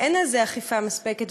ואין על זה אכיפה מספקת,